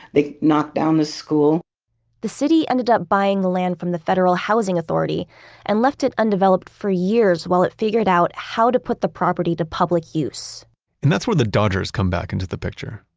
they knocked down the school the city ended up buying the land from the federal housing authority and left it undeveloped for years while it figured out how to put the property to public use and that's where the dodgers come back into the picture.